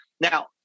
Now